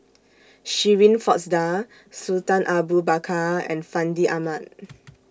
Shirin Fozdar Sultan Abu Bakar and Fandi Ahmad